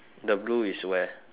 the blue is where